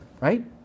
Right